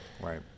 Right